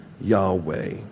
Yahweh